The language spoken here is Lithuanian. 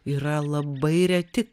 yra labai reti